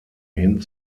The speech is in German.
hin